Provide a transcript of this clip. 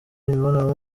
imibonano